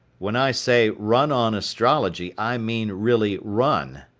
when i say run on astrology i mean really run.